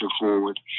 forward